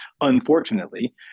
Unfortunately